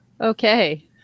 Okay